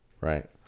Right